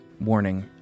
Warning